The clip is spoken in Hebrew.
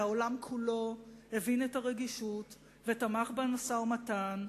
והעולם כולו הבין את הרגישות ותמך במשא-ומתן,